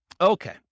Okay